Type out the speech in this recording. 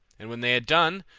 and when they had done,